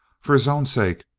for his own sake,